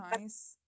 nice